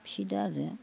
फिसिदो आरो